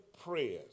prayers